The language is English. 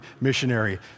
missionary